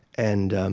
and